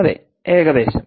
അതേഏകദേശം